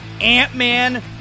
Ant-Man